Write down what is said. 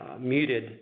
muted